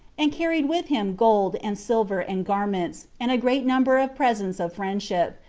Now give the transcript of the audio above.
and carried with him gold, and silver, and garments, and a great number of presents of friendship,